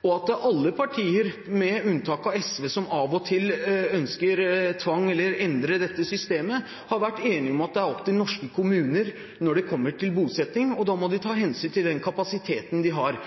og at alle partier, med unntak av SV som av og til ønsker tvang eller å endre dette systemet, har vært enige om at det er opp til norske kommuner når det gjelder bosetting, og da må de ta hensyn til den kapasiteten de har.